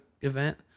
event